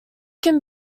can